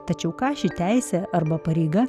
tačiau ką ši teisė arba pareiga